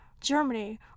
Germany